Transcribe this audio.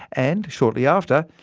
and shortly after,